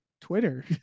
Twitter